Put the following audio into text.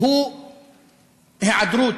הוא היעדרות.